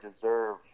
deserve